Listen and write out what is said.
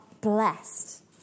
blessed